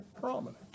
prominent